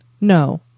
No